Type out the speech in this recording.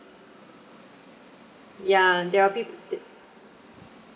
ya they're